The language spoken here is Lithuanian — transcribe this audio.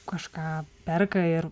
kažką perka ir